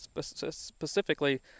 specifically